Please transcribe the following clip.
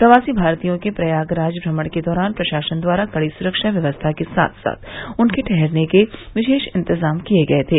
प्रवासी भारतीयों के प्रयागराज भ्रमण के दौरान प्रशासन द्वारा कड़ी सुरक्षा व्यवस्था के साथ साथ उनके ठहरने के विशेष इंतजाम किये गये थे